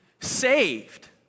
saved